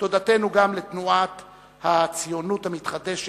תודתנו גם לתנועת "הציונות המתחדשת",